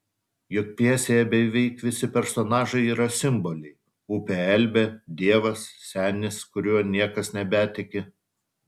juk pjesėje beveik visi personažai yra simboliai upė elbė dievas senis kuriuo niekas nebetiki